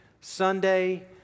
Sunday